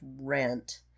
Rent